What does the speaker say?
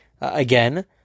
again